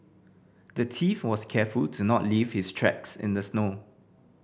the thief was careful to not leave his tracks in the snow